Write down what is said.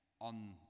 on